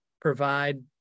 provide